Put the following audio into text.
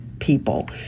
people